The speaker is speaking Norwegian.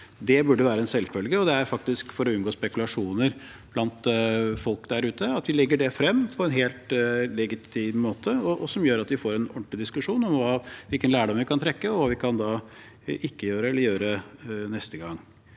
Det burde være en selvfølge, og det er faktisk for å unngå spekulasjoner blant folk der ute at vi legger det frem på en helt legitim måte, som gjør at vi får en ordentlig diskusjon om hvilken lærdom vi kan trekke, og hva vi ikke kan gjøre eller kan gjøre neste gang.